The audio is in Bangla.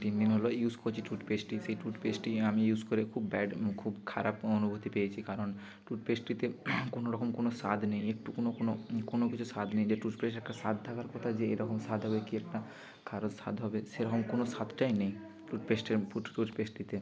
তিন দিন হল ইউজ করছি টুথপেস্টটি সেই টুথপেস্টটি আমি ইউজ করে খুব ব্যাড খুব খারাপ অনুভূতি পেয়েছি কারণ টুথপেস্টটিতে কোনো রকম কোনো স্বাদ নেই একটু কোনো কোনো কোনো কিছু স্বাদ নেই যে টুথপেস্টে একটা স্বাদ থাকার কথা যে এরকম স্বাদ হবে কী একটা স্বাদ হবে সেরকম কোনো স্বাদটাই নেই টুথপেস্টের টুথপেস্টটিতে